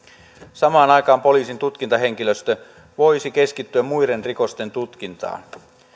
samaan aikaan poliisin tutkintahenkilöstö voisi keskittyä muiden rikosten tutkintaan